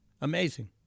Amazing